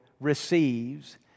receives